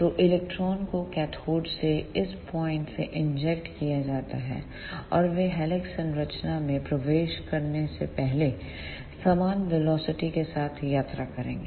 तो इलेक्ट्रॉनों को कैथोड से इस पॉइंट से इंजेक्ट किया जाता है और वे हेलिक्स संरचना में प्रवेश करने से पहले समान वेलोसिटी के साथ यात्रा करेंगे